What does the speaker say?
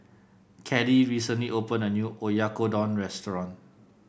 Kellee recently opened a new Oyakodon restaurant